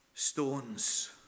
Stones